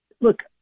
look